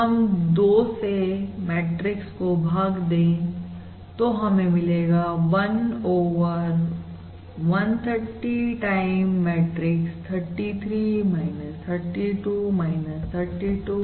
जब हम दो से मैट्रिक्स को भाग दे देंगे तो हमें मिलेगा 1 ओवर 130 टाइम मैट्रिक्स 33 32 32 33